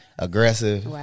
Aggressive